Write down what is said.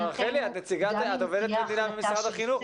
את עובדת מדינה במשרד החינוך.